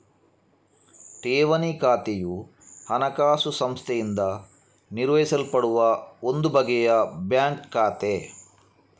ಠೇವಣಿ ಖಾತೆಯು ಹಣಕಾಸು ಸಂಸ್ಥೆಯಿಂದ ನಿರ್ವಹಿಸಲ್ಪಡುವ ಒಂದು ಬಗೆಯ ಬ್ಯಾಂಕ್ ಖಾತೆ